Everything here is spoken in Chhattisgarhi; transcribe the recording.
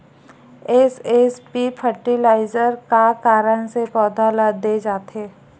एस.एस.पी फर्टिलाइजर का कारण से पौधा ल दे जाथे?